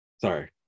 Sorry